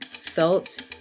felt